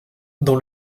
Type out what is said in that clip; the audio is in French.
dans